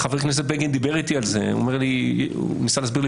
חבר הכנסת בגין דיבר אתי על זה וניסה להסביר לי